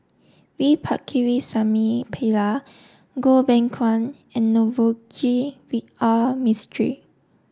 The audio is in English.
V Pakirisamy Pillai Goh Beng Kwan and Navroji R Mistri